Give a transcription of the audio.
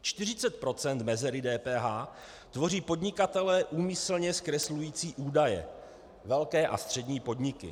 40 % mezery DPH tvoří podnikatelé úmyslně zkreslující údaje velké a střední podniky.